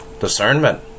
discernment